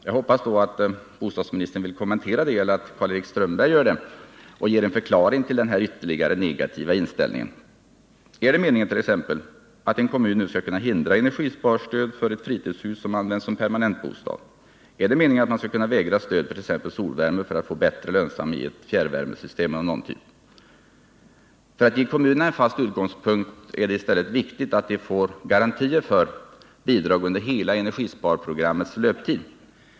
Jag hoppas att bostadsministern eller Karl-Erik Strömberg vill kommentera detta och ge en förklaring till denna ytterligare negativa inställning. Är det meningen —t.ex. att en kommun nu skall kunna hindra energisparstöd för ett fritidshus som används som permanentbostad? Är det meningen att man skall kunna vägra stöd för t.ex. solvärme för att få bättre lönsamhet i ett fjärrvärmesystem av någon typ? Föratt ge kommunerna en fast utgångspunkt är det i stället viktigt att de får garantier för bidrag under hela energisparprogrammets löptid.